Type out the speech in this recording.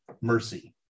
mercy